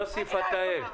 יוסי פתאל.